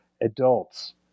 adults